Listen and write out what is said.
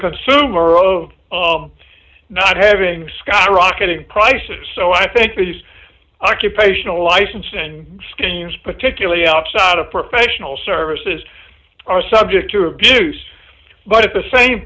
consumer zero not having skyrocketing prices so i think that is occupational license and schemes particularly outside of professional services are subject to abuse but at the same